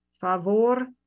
Favor